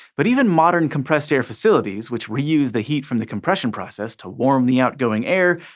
but even modern compressed-air facilities, which reuse the heat from the compression process to warm the outgoing air,